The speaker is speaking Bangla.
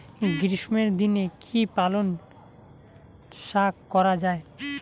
গ্রীষ্মের দিনে কি পালন শাখ করা য়ায়?